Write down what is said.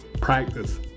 practice